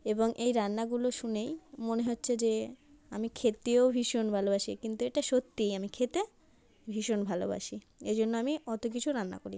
এবং এই রান্নাগুলো শুনেই মনে হচ্চে যে আমি খেতেও ভীষণ ভালোবাসি কিন্তু এটা সত্যি আমি খেতে ভীষণ ভালোবাসি এই জন্য আমি অতো কিছু রান্না করি